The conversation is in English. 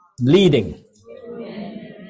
leading